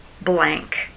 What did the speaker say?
blank